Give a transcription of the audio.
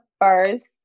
first